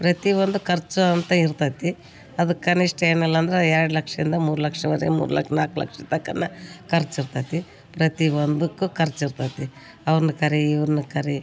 ಪ್ರತಿ ಒಂದು ಖರ್ಚು ಅಂತ ಇರ್ತತಿ ಅದು ಕನಿಷ್ಠ ಏನಿಲ್ಲ ಅಂದ್ರೂ ಎರಡು ಲಕ್ಷದಿಂದ ಮೂರು ಲಕ್ಷವರೆಗೆ ಮೂರು ಲಕ್ ನಾಲ್ಕು ಲಕ್ಷ ತನ್ಕನ ಖರ್ಚು ಇರ್ತತಿ ಪ್ರತಿ ಒಂದಕ್ಕೂ ಖರ್ಚು ಇರ್ತತಿ ಅವರನ್ನ ಕರಿ ಇವರನ್ನ ಕರಿ